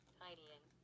tidying